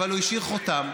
אבל הוא השאיר חותם,